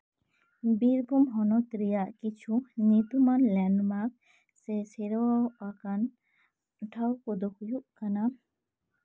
ᱵᱤᱨᱵᱷᱩᱢ ᱦᱚᱱᱚᱛ ᱨᱮᱭᱟᱜ ᱠᱤᱪᱷᱩ ᱧᱩᱛᱩᱢᱟᱱ ᱞᱮᱱᱰᱢᱟᱨᱠ ᱥᱮ ᱥᱮᱨᱣᱟ ᱟᱠᱟᱱᱟ ᱴᱷᱟᱶ ᱠᱚᱫᱚ ᱦᱩᱭᱩᱜ ᱠᱟᱱᱟ